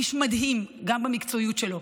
איש מדהים גם במקצועיות שלו,